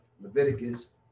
Leviticus